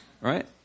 Right